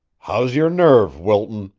how's your nerve, wilton?